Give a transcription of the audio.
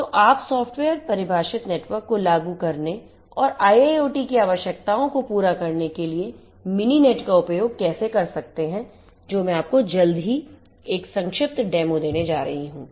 तो आप सॉफ्टवेयर परिभाषित नेटवर्क को लागू करने और IIoT की आवश्यकताओं को पूरा करने के लिए MININET का उपयोग कैसे कर सकते हैं जो मैं आपको जल्द ही एक संक्षिप्त डेमो देने जा रही हूं